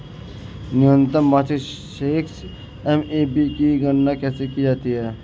न्यूनतम मासिक शेष एम.ए.बी की गणना कैसे की जाती है?